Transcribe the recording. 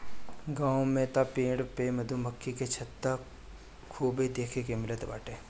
गांव में तअ पेड़ पे मधुमक्खी के छत्ता खूबे देखे के मिलत बाटे